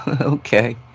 Okay